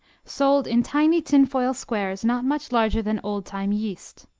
sold in tiny tin-foil squares not much larger than old-time yeast.